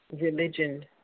religion